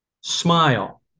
Smile